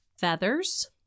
feathers